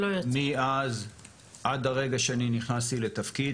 מאז עד הרגע שאני נכנסתי לתפקיד,